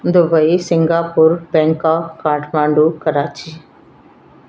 Dubai Singapore Bangkok Kathmandu Karachi